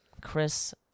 Chris